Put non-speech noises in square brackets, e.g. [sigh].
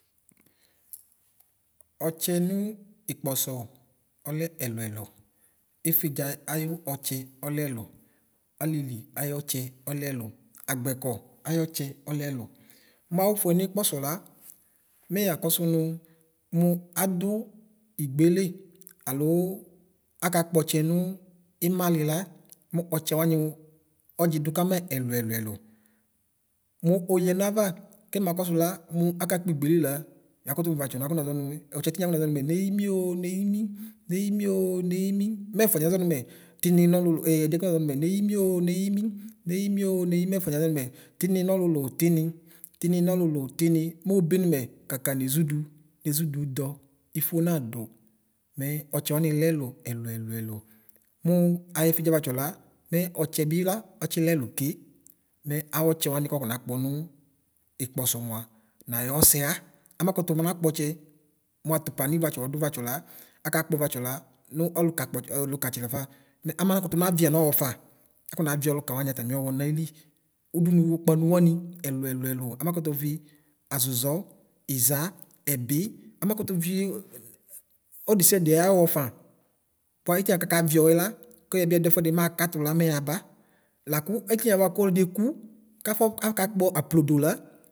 Ɔtsɛ nʋ ikpɔsɔ ɔlɛ ɛlʋ ɛlʋ, ifidza ayʋ ɔtsɛ ɔlɛ ɛlʋ alili ayʋ ɔtsɛ ɔlɛ ɛlʋ agbɛkɔ ayʋtsɛ ɔlɛ ɛlʋ mawʋfʋɛ nikpɔsɔ lamɛ yakɔsʋ nʋ mʋ adʋ igbele alʋ akakpɔ ɔtsɛ nʋ imalila mʋ ɔtsɛ wani ɔdzi dʋ kamɛ ɛlʋ ɛlʋ ɛlʋ oyelaba kɛba kɔsʋ la mʋ akakpi igbele la yakʋtʋ mʋ vlatsɔ nʋ akɔ nazɔwʋ ɔdzɛ tinya akɔ nazɔ nʋ mɛ neyimio neyimi mɛ ɛfʋaniɛ nazɔ nʋ mɛ tini nɔlʋlʋ [hesitation] ɛdiɛ kazɔ wʋmɛ kazɔ nʋ mɛ neyimio neyimi neyimio neyimi mɛfʋaniɛ azɔnʋ mɛ tini nɔlʋlʋ tini tini nɔlʋlʋ tini mobe nʋ mɛ kaka nezʋdʋ nezʋdʋdɔ ifo nadʋ mɛ ɔtsɛ wani lɛlʋ ɛlʋ ɛlʋ ɛlʋ mʋ ayɔ wli vlatsɔ la mɛ ɔtsɛbi la ɔtsilɛ ɛlʋ ke mɛ awʋ ɔtsɛ wani kʋ wakɔ nakpɔnʋ ikpɔsɔ mʋa nayɔsɛxa amatʋtʋ manakpɔ ɔtsɛ mʋ ʋtʋpani vlatsɔla ɔdʋ vlatsɔ akakpɔ vlatsɔ nʋ ɔlʋkakpɔ ɔlʋkatsɛ lafa mɛ amakʋtʋ maʋi yamɔxɔfa akɔ naʋi ɔlʋka wani atami ɔwɔ nayili ʋdʋnʋ kpanʋ wani ɛlʋ ɛlʋ ɛlʋ amakʋvi azʋzɔ iza ɛbi amakʋtʋ ʋi ɔlʋ desiade ayɔxɔ faa bʋa itiɛ bʋakaka ʋi ɔwɔɛla kʋ yɛbi ɛdʋ ɛfʋɛdi la makatʋla mɛ abalakʋ ɛtiniɛ kʋ ɔlɔdi ekʋ kafɔ kakakpɔ aplodola.